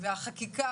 והחקיקה,